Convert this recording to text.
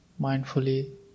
mindfully